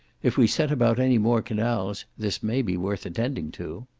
if we set about any more canals, this may be worth attending to.